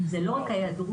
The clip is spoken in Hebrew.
זה לא רק ההיעדרות,